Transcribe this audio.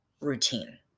routine